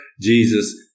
Jesus